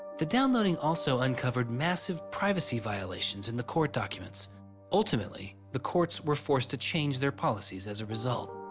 the downloading also uncovered massive privacy violations in the court documents ultimately, the courts were forced to change their policies as a result